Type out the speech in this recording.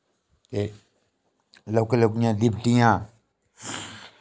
ते लोह्की लोह्कियां दिपत्तिया